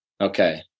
Okay